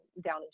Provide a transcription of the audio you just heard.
down